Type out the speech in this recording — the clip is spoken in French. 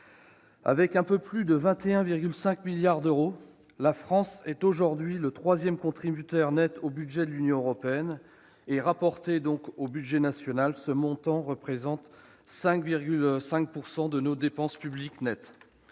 Avec un peu plus de 21,5 milliards d'euros, la France est aujourd'hui le troisième contributeur net au budget de l'Union européenne. Rapporté au budget national, ce montant représente 5,5 % de nos dépenses publiques nettes.